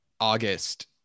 August